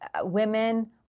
women